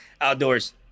outdoors